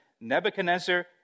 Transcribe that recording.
Nebuchadnezzar